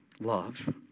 love